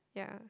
yeah